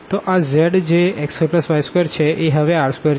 તો આ z જે x2y2 છે એ હવે r2 છે